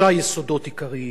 שהם מדינה דמוקרטית,